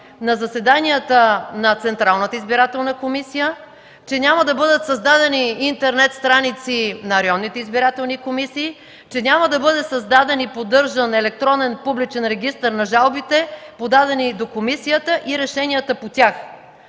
на заседанията на Централната избирателна комисия, че няма да бъдат създадени интернет страници на районните избирателни комисии, че няма да бъдат създадени и поддържан електронен публичен регистър на жалбите, подадени до комисията, и решенията по тях.